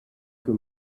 für